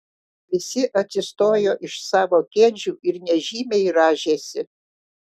visi atsistojo iš savo kėdžių ir nežymiai rąžėsi